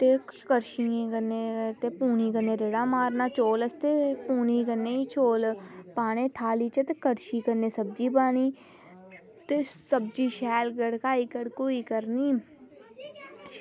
ते कड़छियें कन्नै ते पूनी कन्नै रेड़ा मारना चौलें आस्तै पूनी कन्नै चौल पाने थाली च ते कड़छी कन्नै सब्ज़ी पानी ते सब्ज़ी शैल गड़काई करनी